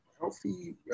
Healthy